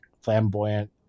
flamboyant